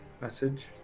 message